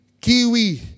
kiwi